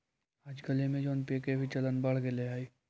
आजकल Amazon Pay के भी चलन बढ़ गेले हइ